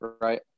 right